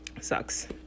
sucks